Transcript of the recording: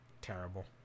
terrible